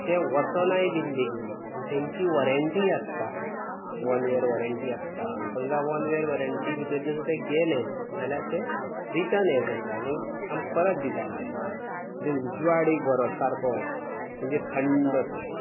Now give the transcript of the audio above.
तें वचनाय बी बेगीन तेंची वॉरेंटीय आसता वन इयर वॉरेंटी आसता समजा वन इयर वॉरेंटी भितर जर ते गेले जाल्यार ते रिटर्न यें करता म्हणजे आमकां परत दितात ते म्हणजे उजवाड एक बरो सारको म्हणजे थंड सो